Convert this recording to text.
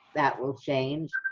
that will change.